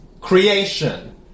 creation